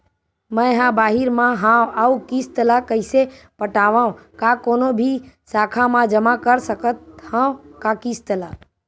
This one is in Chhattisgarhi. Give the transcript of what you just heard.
मैं हा बाहिर मा हाव आऊ किस्त ला कइसे पटावव, का कोनो भी शाखा मा जमा कर सकथव का किस्त ला?